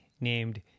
named